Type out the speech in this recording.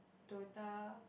Toyota